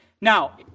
Now